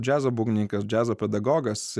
džiazo būgnininkas džiazo pedagogas